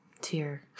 Tear